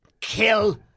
kill